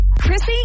Chrissy